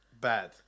bad